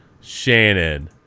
Shannon